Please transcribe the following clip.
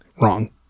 Wrong